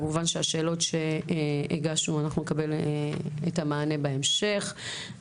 כמובן, נקבל את המענה בהמשך על השאלות שהגשנו.